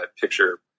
picture